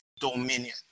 dominion